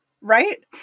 right